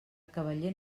cavaller